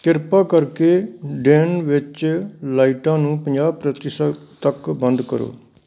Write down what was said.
ਕਿਰਪਾ ਕਰਕੇ ਡੇਨ ਵਿੱਚ ਲਾਈਟਾਂ ਨੂੰ ਪੰਜਾਹ ਪ੍ਰਤੀਸ਼ਤ ਤੱਕ ਬੰਦ ਕਰੋ